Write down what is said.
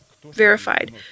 verified